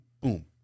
boom